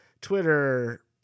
Twitter